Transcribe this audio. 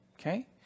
okay